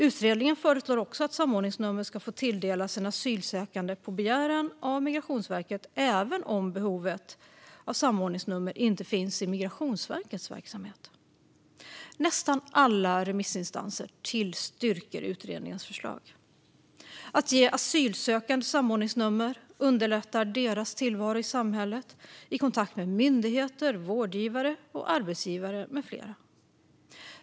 Utredningen föreslår också att samordningsnummer ska få tilldelas asylsökande på begäran av Migrationsverket även om behovet av samordningsnummer inte finns i Migrationsverkets verksamhet. Nästan alla remissinstanser tillstyrker utredningens förslag. Att ge asylsökande samordningsnummer underlättar deras tillvaro i samhället - i kontakt med myndigheter, vårdgivare och arbetsgivare med flera.